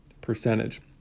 percentage